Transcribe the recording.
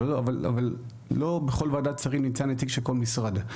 אבל לא בכל ועדת שרים נמצא נציג של כל משרד.